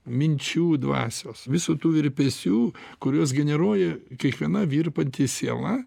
minčių dvasios visų tų virpesių kuriuos generuoja kiekviena virpanti siela